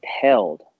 held